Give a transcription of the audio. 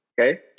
Okay